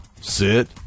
Sit